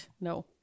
No